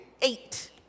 eight